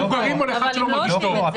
רק למבוגרים או לאדם שלא מרגיש טוב.